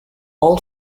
all